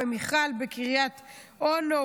מיכל בקריית אונו,